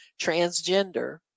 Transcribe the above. transgender